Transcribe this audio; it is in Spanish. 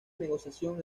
negociación